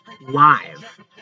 live